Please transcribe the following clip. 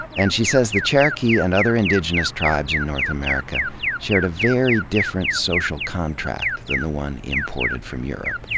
and, she says, the cherokee and other indigenous tribes in north america shared a very different social contract than the one imported from europe.